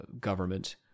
government